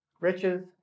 riches